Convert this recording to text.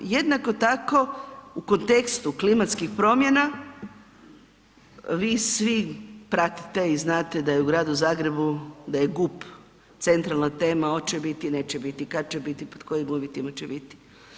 Jednako tako u kontekstu klimatskih promjena, vi svi pratite i znate da je u gradu Zagrebu, da je GUP centralna tema hoće biti, neće biti, kad će biti, pod kojim uvjetima će biti.